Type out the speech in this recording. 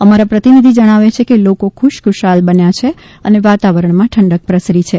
અમારા પ્રતિનિધિ જણાવે છે કે લોકો ખુશખુશાલ બન્યા છે અને વાતાવરણમાં ઠંડક પ્રસરી છે